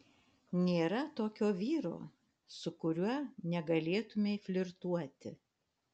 nėra tokio vyro su kuriuo negalėtumei flirtuoti